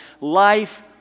life